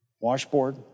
Washboard